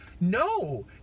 No